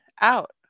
out